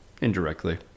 indirectly